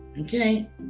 Okay